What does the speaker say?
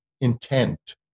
intent